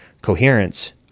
coherence